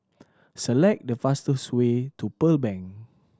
select the fastest way to Pearl Bank